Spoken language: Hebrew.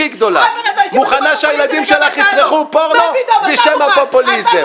מוכנה שהילדים שלך יצרכו פורנו בשם הפופוליזם.